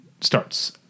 starts